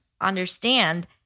understand